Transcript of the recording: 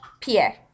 Pierre